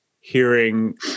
hearing